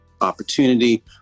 opportunity